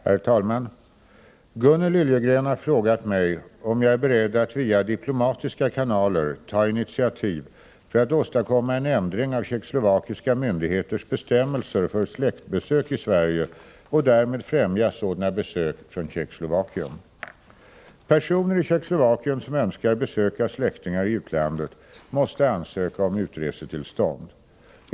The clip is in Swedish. Herr talman! Gunnel Liljegren har frågat mig om jag är beredd att via diplomatiska kanaler ta initiativ för att åstadkomma en ändring av tjeckoslovakiska myndigheters bestämmelser för släktbesök i Sverige och därmed främja sådana besök från Tjeckoslovakien. Personer i Tjeckoslovakien som önskar besöka släktingar i utlandet måste ansöka om utresetillstånd.